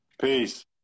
Peace